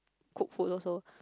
cook food also